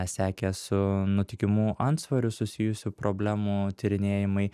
sekė su nutukimu antsvoriu susijusių problemų tyrinėjimai